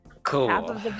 cool